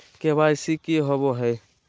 KYC की हॉबे हय?